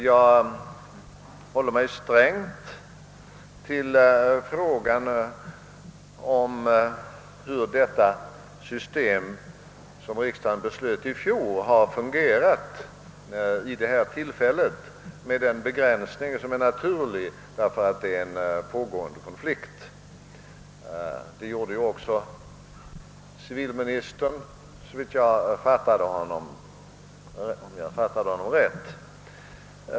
Jag håller mig strängt till frågan hur detta system, som riksdagen beslöt i fjol, har fungerat vid detta tillfälle — med den begränsning som är naturlig därför att en konflikt pågår. Det gjorde ju också civilministern, om jag fattade honom rätt.